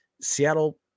seattle